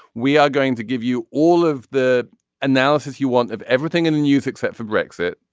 we are going to give you all of the analysis you want of everything in the news except for brexit.